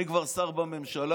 אני כבר שר בממשלה,